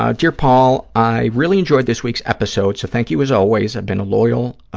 ah dear, paul, i really enjoyed this week's episode, so thank you, as always. i've been a loyal,